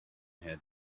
had